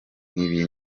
nk’ibi